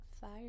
fire